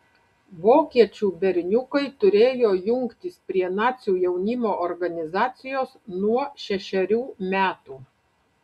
vokiečių berniukai turėjo jungtis prie nacių jaunimo organizacijos nuo šešerių metų